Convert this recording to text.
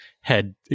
head